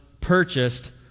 purchased